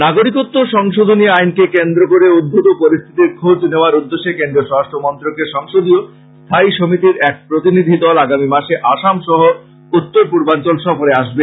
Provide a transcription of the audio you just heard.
নাগরিকত্ব সংশোধনী আইনকে কেন্দ্র করে উদ্ভুত পরিস্থিতির খোজ নেওয়ার উদ্দেশ্যে কেন্দ্রীয় স্বরাষ্ট্র মন্ত্রনালয়ের সংসদীয় স্থায়ী সমিতির এক প্রতিনিধি দল আগামী মাসে আসাম সহ উত্তর পূর্বাঞ্চল সফরে আসবে